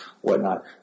whatnot